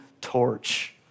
torch